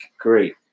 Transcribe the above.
great